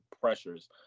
pressures